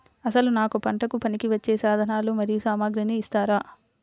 అసలు నాకు పంటకు పనికివచ్చే సాధనాలు మరియు సామగ్రిని ఇస్తారా?